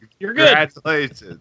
Congratulations